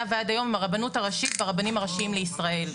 ועד היום הם הרבנות הראשית והרבנים הראשיים לישראל.